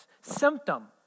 symptom